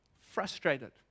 frustrated